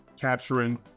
capturing